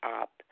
up